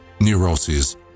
neuroses